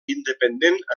independent